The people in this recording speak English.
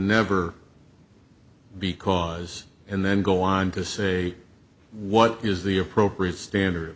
never because and then go on to say what is the appropriate standard